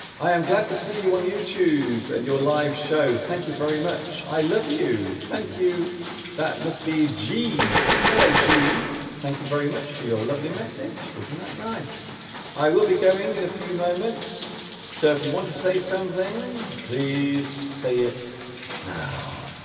i am glad to see you on youtube and your live show thank you very much i love you thank you that must be jeep hello jeep thank you very much for your lovely message isn't that nice i will be going in a few moments so if you want to say something please say it now